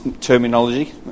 terminology